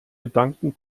gedanken